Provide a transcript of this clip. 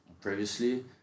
previously